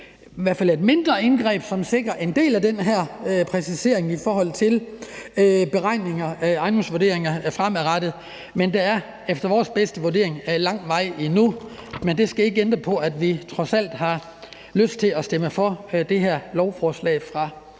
i hvert fald mindre indgreb, som sikrer en del af den her præcisering i forhold til beregninger af ejendomsvurderinger fremadrettet, men der er efter vores bedste vurdering lang vej endnu. Men det skal ikke ændre på, at vi trods alt har lyst til at stemme for det her lovforslag fra